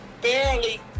barely